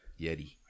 Yeti